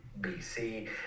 BC